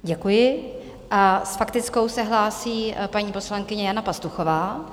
Děkuji a s faktickou se hlásí paní poslankyně Jana Pastuchová.